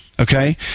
Okay